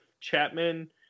chapman